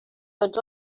tots